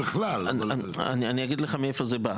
אני אגיד לך מאיפה זה בא.